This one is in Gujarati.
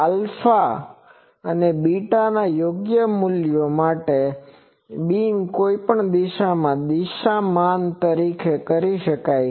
આલ્ફા અને બીટાના યોગ્ય મૂલ્યો માટે બીમ કોઈપણ દિશામાં દિશામાન કરી શકાય છે